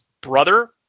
brother